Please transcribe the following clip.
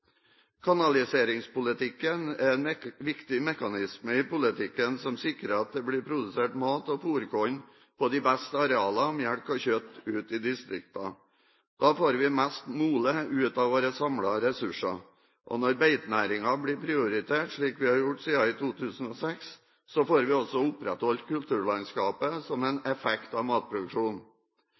Kanaliseringspolitikken er en viktig mekanisme som sikrer at det blir produsert mat- og fôrkorn på de beste arealene, og melk og kjøtt ute i distriktene. Da får vi mest mulig ut av våre samlede ressurser. Og når beitenæringen blir prioritert, slik vi har gjort siden 2006, får vi også opprettholdt kulturlandskapet som en effekt av matproduksjonen.